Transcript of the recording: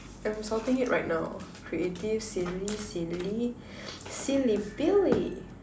I'm sorting it right now creative silly silly silly Billy